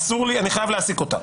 אסור לי, אני חייב להעסיק אותה.